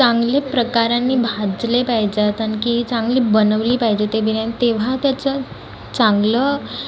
चांगले प्रकारानी भाजले पाहिजेत आणखी चांगली बनवली पाहिजे ती बिर्याणी तेव्हा त्याचं चांगलं